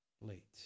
late